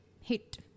hit